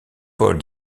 paul